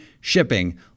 shipping